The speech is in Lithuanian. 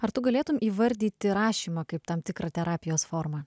ar tu galėtumei įvardyti rašymą kaip tam tikrą terapijos formą